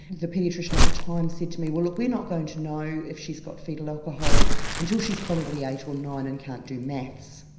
the paediatrician at the time said to me well we're not going to know if she's got foetal alcohol until she's probably eight or nine and can't do maths.